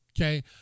okay